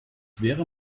wäre